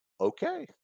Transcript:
okay